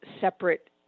separate